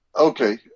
Okay